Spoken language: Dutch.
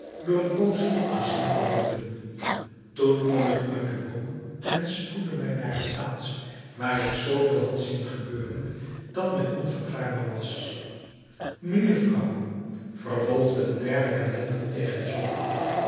door het bootsvolk gezien te worden toen klom ik uit den boom en spoedde mij naar de plaats waar ik zoo veel had zien gebeuren dat mij onverklaarbaar was mejufvrouw vervolgde de derde calender tegen